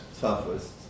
Toughest